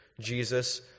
Jesus